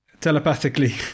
telepathically